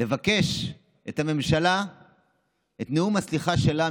לבקש מהממשלה את נאום הסליחה שלה,